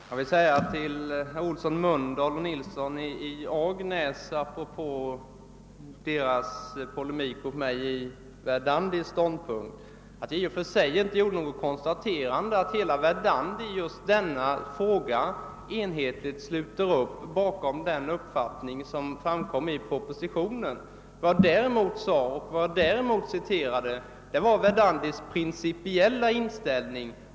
Herr talman! Apropå herrar Olssons i Mölndal och Nilssons i Agnäs polemik mot mig beträffande Verdandis ståndpunkt vill jag säga att jag i och för sig inte konstaterade att hela Verdandi i just denna fråga enhetligt sluter upp bakom den uppfattning som framkommer i propositionen. Vad jag däremot citerade var Verdandis principiella inställning.